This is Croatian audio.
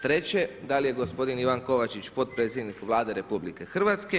Treće da li je gospodin Ivan Kovačić potpredsjednik Vlade RH?